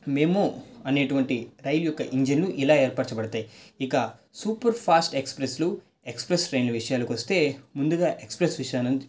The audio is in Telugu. మేమో అనేటువంటి రైలు యొక్క ఇంజను ఇలా ఏర్పరచబడతాయి ఇకా సూపర్ ఫాస్ట్ ఎక్స్ప్రెస్లు ఎక్స్ప్రెస్ ట్రైన్ల విషయానికొస్తే ముందుగా ఎక్స్ప్రెస్ విష